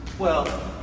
well,